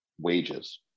wages